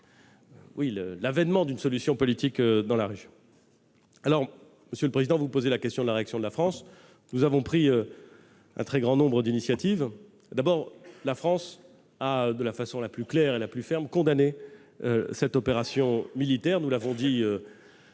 l'avènement d'une solution politique dans la région. Monsieur le président Requier, vous posez la question de la réaction de la France. Nous avons pris un très grand nombre d'initiatives. D'abord, la France a, de la façon la plus claire et la plus ferme, condamné cette opération militaire. Nous l'avons dit